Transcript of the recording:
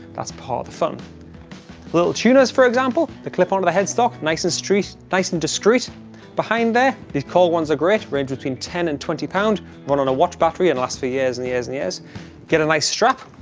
that's part of fun little tuners for example the clip onto the headstock nice and street nice and discreet behind there these cole ones a great bridge between ten and twenty pound one on a watch battery in last few years and years and years get a nice strap,